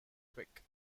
quick